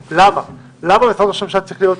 למה משרד ראש הממשלה צריך להיות שם?